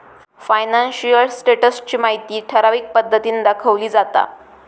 financial status ची माहिती ठराविक पद्धतीन दाखवली जाता